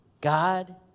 God